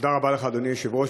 תודה רבה לך, אדוני היושב-ראש.